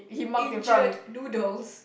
injured noodles